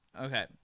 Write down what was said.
Okay